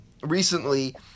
recently